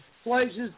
Places